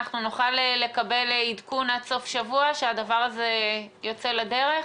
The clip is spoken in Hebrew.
אנחנו נוכל לקבל עדכון עד סוף השבוע שהדבר הזה יוצא לדרך?